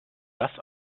das